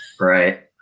Right